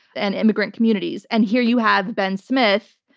and immigrant communities. and here you have ben smith,